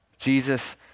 Jesus